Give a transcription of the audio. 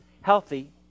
healthy